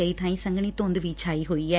ਕਈ ਬਾਈ ਸੰਘਣੀ ਧੁੰਦ ਵੀ ਛਾਈ ਹੋਈ ਐ